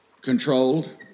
controlled